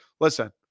Listen